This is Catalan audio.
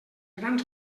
grans